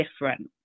different